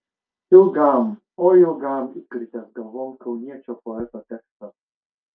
ilgam oi ilgam įkritęs galvon kauniečio poeto tekstas